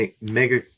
mega